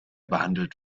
behandelt